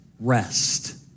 rest